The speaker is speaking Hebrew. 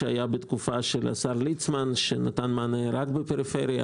שהיה בתקופת השר ליצמן שנתן מענה רק בפריפריה,